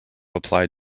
applied